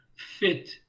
fit